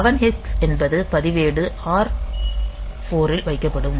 11 hex என்பது பதிவேடு R4ல் வைக்கப்படும்